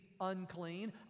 unclean